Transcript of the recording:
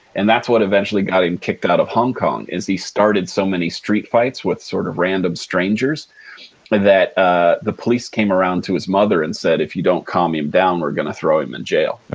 and that's what eventually got him kicked out of hong kong, is he started so many street fights with sort of random strangers that ah the police came around to his mother and said, if you don't calm him down, we're going to throw him in jail.